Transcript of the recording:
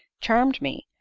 charmed me,